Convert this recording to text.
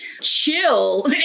chill